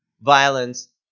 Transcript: violence